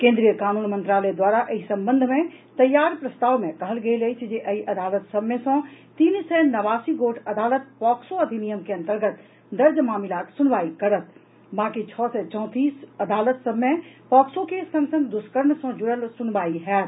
केन्द्रीय कानून मंत्रालय द्वारा एहि संबंध मे तैयार प्रस्ताव मे कहल गेल अछि जे एहि अदालत सभ मे सँ तीन सय नवासी गोट अदालत पॉक्सो अधिनियम के अन्तर्गत दर्ज मामिलाक सुनवाई करत बाकी छओ सय चैंतीस अदालत सभ मे पॉक्सो के संग संग दुष्कर्म सँ जुड़ल सुनवाई होयत